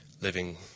living